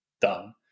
done